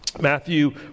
Matthew